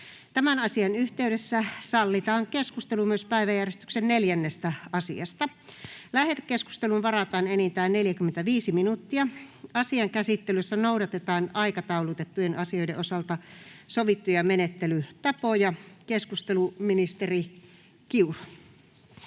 Tämän asian yhteydessä sallitaan myös keskustelu myös päiväjärjestyksen 4. asiasta. Lähetekeskusteluun varataan enintään 45 minuuttia. Asian käsittelyssä noudatetaan aikataulutettujen asioiden osalta sovittuja menettelytapoja. — Keskustelu, ministeri Kiuru.